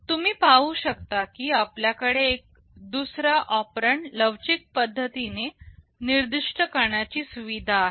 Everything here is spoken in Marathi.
तुम्ही येथे पाहू शकता की आपल्याकडे दुसरा ऑपरेंड लवचिक पद्धतीने निर्दिष्ट करण्याची सुविधा आहे